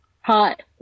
hot